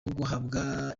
guhabwa